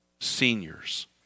seniors